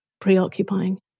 preoccupying